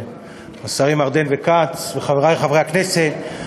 השרים ארדן וכץ, חברי חברי הכנסת,